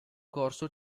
corso